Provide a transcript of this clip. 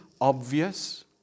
obvious